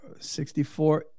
64